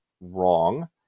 wrong